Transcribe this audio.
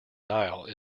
nile